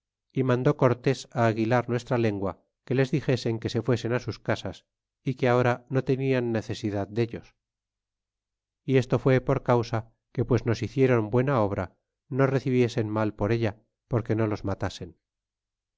y mandó cortés á aguilar nuestra lengua que les dixesen que se fuesen sus casas é que ahora no tenian necesidad dellos y esto fue por causa que pues nos hicieron buena obra no recibiesen mal por ella porque no los matasen